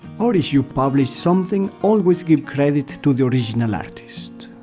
or if you publish something always give credit to the original artist.